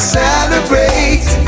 celebrate